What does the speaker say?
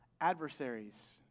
adversaries